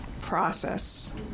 process